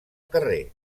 carrer